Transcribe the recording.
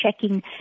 checking